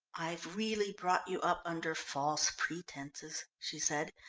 i've really brought you up under false pretences, she said,